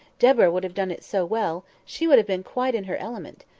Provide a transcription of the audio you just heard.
deborah would have done it so well she would have been quite in her element.